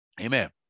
Amen